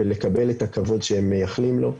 ולקבל את הכבוד שהם מייחלים לו.